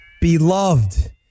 Beloved